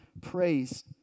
praise